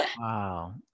Wow